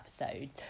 episodes